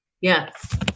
Yes